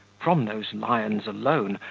from those lions alone,